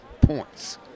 points